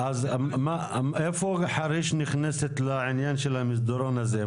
איפה חריש נכנסת לעניין של המסדרון הזה?